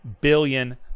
billion